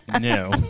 No